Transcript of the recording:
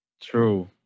True